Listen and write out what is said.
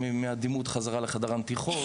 מהדימות חזרה לחדר הנתיחות.